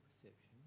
perception